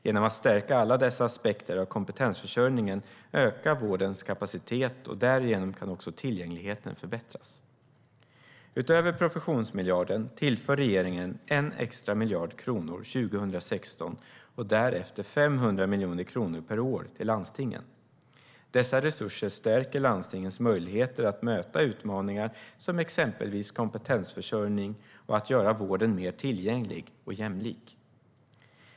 Genom att stärka alla dessa aspekter av kompetensförsörjningen ökar vårdens kapacitet, och därigenom kan också tillgängligheten förbättras. Utöver professionsmiljarden tillför regeringen 1 extra miljard kronor 2016 och därefter 500 miljoner kronor per år till landstingen. Dessa resurser stärker landstingens möjligheter att möta utmaningar som exempelvis kompetensförsörjning och att göra vården mer tillgänglig och jämlik.